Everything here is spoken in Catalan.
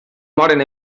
moren